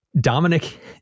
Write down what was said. Dominic